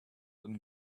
and